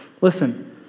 listen